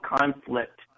conflict